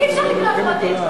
אי-אפשר לקנות "קוטג'".